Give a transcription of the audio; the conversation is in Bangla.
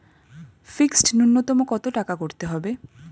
ফিক্সড নুন্যতম কত টাকা করতে হবে?